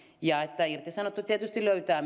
ja että irtisanottu tietysti löytää